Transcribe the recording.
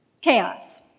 Chaos